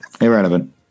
Irrelevant